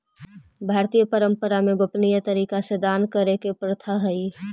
भारतीय परंपरा में गोपनीय तरीका से दान करे के प्रथा हई